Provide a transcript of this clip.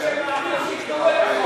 לפני שהם נואמים שיקראו את החוק.